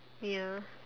ya